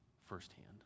firsthand